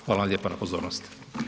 Hvala vam lijepa na pozornosti.